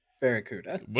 barracuda